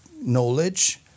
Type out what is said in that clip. knowledge